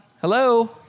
Hello